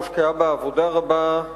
הושקעה בה עבודה רבה,